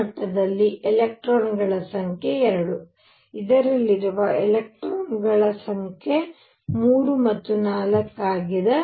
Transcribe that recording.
ಈ ಮಟ್ಟದಲ್ಲಿ ಎಲೆಕ್ಟ್ರಾನ್ಗಳ ಸಂಖ್ಯೆ 2 ಇದರಲ್ಲಿರುವ ಎಲೆಕ್ಟ್ರಾನ್ಗಳ ಸಂಖ್ಯೆ 3 ಮತ್ತು 4 ಆಗಿದೆ